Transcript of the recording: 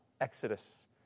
Exodus